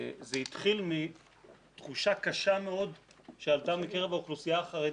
זה התחיל מתחושה קשה מאוד שעלתה מקרב האוכלוסייה החרדית,